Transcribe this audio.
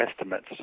estimates